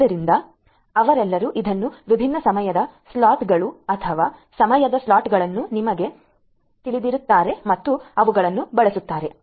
ಆದ್ದರಿಂದ ಅವರೆಲ್ಲರೂ ಇದನ್ನು ವಿಭಿನ್ನ ಸಮಯದ ಚೂರುಗಳು ಅಥವಾ ಸಮಯದ ಸ್ಲಾಟ್ಗಳನ್ನು ನಿಮಗೆ ತಿಳಿದಿರುತ್ತಾರೆ ಮತ್ತು ಅವುಗಳನ್ನು ಬಳಸುತ್ತಾರೆ